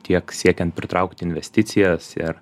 tiek siekiant pritraukt investicijas ir